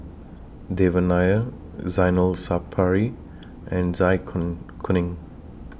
Devan Nair Zainal Sapari and Zai Kun Kuning